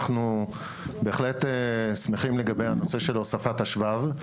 אנחנו בהחלט שמחים לגבי הנושא של הוספת השבב,